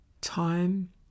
time